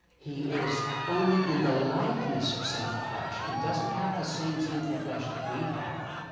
he is only in the likeness of sinful flesh, and doesn't have the same sinful flesh that we have